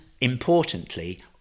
importantly